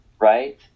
Right